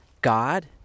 God